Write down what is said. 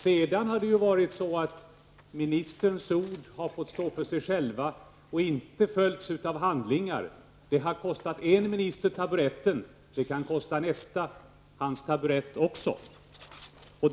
Sedan har ministerns ord fått stå för sig själva och inte följts av handlingar. Det har kostat en minister taburetten och det kan kosta också nästa minister hans taburett.